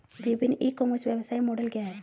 विभिन्न e commerce व्यवसाय model क्या हैं?